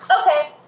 Okay